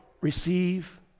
receive